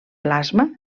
plasma